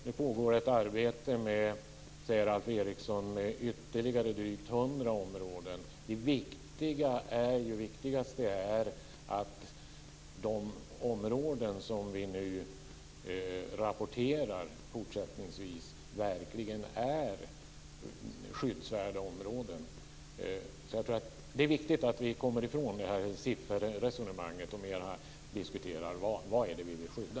Nu pågår ett arbete med ytterligare drygt 100 områden, säger Alf Eriksson. Det viktigaste är att de områden som vi nu rapporterar fortsättningsvis verkligen är skyddsvärda områden. Det är viktigt att vi kommer ifrån sifferresonemanget, och mer diskuterar vad det är vi vill skydda.